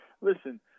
listen